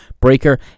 Breaker